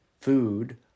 Food